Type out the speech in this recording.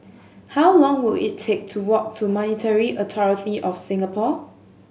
how long will it take to walk to Monetary Authority Of Singapore